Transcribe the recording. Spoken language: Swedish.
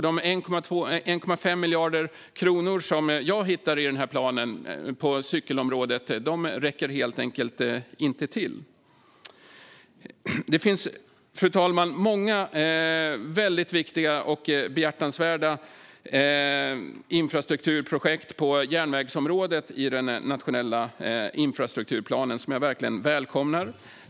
De 1,5 miljarder kronor som jag hittar i planen på cykelområdet räcker helt enkelt inte till. Fru talman! Det finns många viktiga och behjärtansvärda infrastrukturprojekt på järnvägsområdet i den nationella infrastrukturplanen som jag verkligen välkomnar.